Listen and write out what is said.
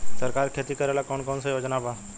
सरकार के खेती करेला कौन कौनसा योजना बा?